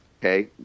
Okay